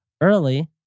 early